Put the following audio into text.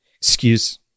Excuse